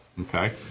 Okay